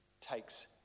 takes